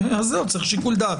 אז לא צריך שיקול דעת